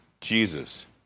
Jesus